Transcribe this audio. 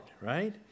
right